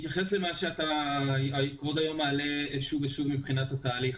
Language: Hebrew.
אתייחס למה שכבוד היושב-ראש מעלה שוב ושוב מבחינת התהליך.